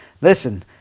listen